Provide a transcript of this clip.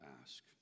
ask